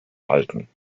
halten